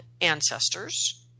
ancestors